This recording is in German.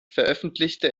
veröffentlichte